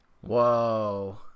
Whoa